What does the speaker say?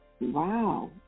wow